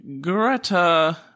Greta